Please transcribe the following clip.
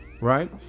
right